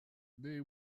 they